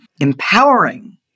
empowering